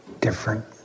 different